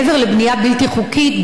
מעבר לבנייה בלתי חוקית,